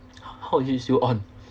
how is it still on